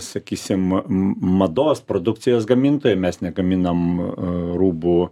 sakysim mados produkcijos gamintojai mes negaminam rūbų